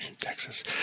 Texas